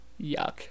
Yuck